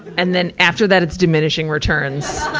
and then after that, it's diminishing returns.